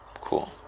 Cool